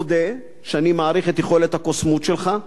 אודה שאני מעריך את יכולת הקוסמות שלך.